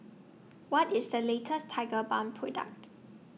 What IS The latest Tigerbalm Product